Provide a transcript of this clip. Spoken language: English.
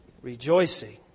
Rejoicing